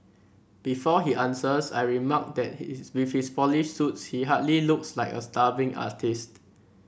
before he answers I remark that with his polished suits he hardly looks like a starving artist